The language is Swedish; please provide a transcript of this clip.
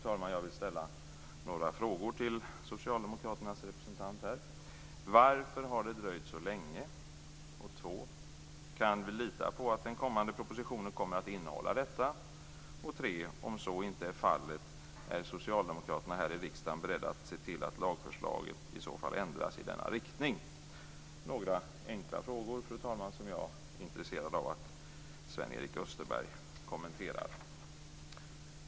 Jag skulle vilja ställa några frågor till socialdemokraternas representant här: 1. Varför har det dröjt så länge? 2. Kan vi lita på att den kommande propositionen kommer att innehålla detta? 3. Om så inte är fallet, är då socialdemokraterna här i riksdagen beredda att se till att lagförslaget ändras i denna riktning? Det här är några enkla frågor som jag är intresserad av att Sven-Erik Österberg kommenterar.